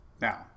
Now